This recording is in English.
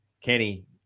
Kenny